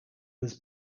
was